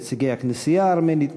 נציגי הכנסייה הארמנית,